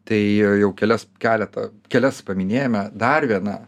tai jau kelias keletą kelias paminėjome dar viena